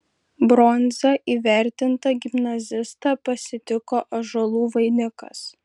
bronza įvertintą gimnazistą pasitiko ąžuolų vainikas